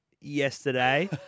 yesterday